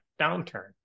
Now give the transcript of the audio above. downturn